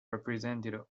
represented